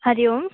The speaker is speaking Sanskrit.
हरिः ओम्